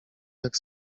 jak